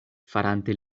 farante